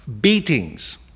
beatings